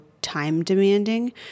time-demanding